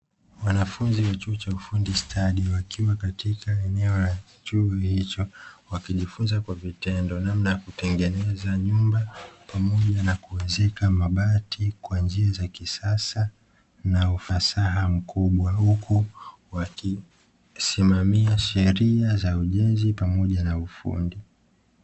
Wanafunzi wa chuo cha ufundi stadi wakiwa katika eneo la chuo hicho wakijifunza kwa vitendo namna ya kutengeneza nyumba pamoja na kuezeka mabati kwa njia za kisasa na ufasaha mkubwa, huku wakisimamia sheria za ujenzi pamoja na ufundi.